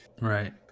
Right